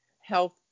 health